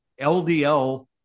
LDL